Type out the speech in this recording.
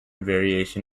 variation